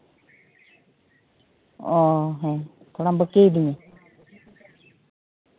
ᱚ ᱦᱮᱸ ᱛᱷᱚᱲᱟᱢ ᱵᱟᱠᱤᱭᱤᱫᱤᱧᱟ